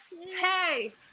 Hey